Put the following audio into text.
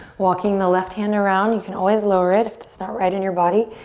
walking the left hand around, you can always lower it if that's not right in your body.